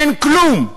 אין כלום,